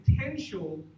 potential